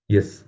Yes